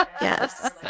Yes